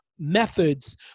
methods